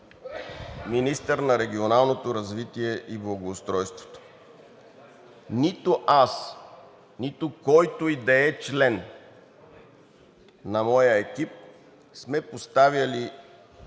министър на регионалното развитие и благоустройството. Нито аз, нито който и да е член на моя екип сме поставяли